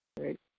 Right